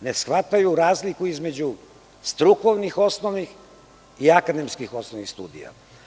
ne shvataju razliku između strukovnih osnovnih i akademskih osnovnih studija.